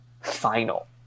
final